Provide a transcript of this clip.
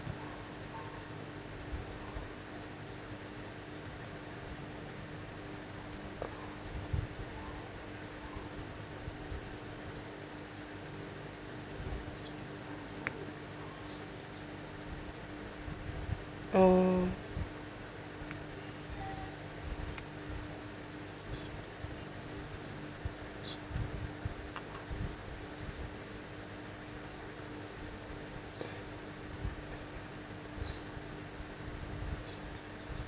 orh